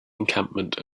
encampment